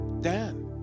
Dan